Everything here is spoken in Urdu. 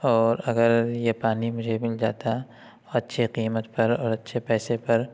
اور اگر یہ پانی مجھے مل جاتا اور اچھے قیمت پر اور اچھے پیسے پر